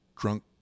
drunk